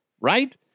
Right